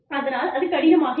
அதனால் அது கடினமாகிவிடும்